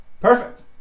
Perfect